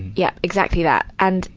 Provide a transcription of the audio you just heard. yeah, exactly that. and,